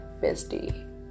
bestie